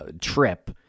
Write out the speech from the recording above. trip